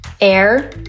air